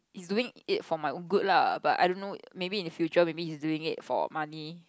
is doing it for my own good lah but I don't know maybe in the future maybe he's doing it for the money